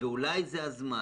אולי זה הזמן